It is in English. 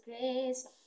grace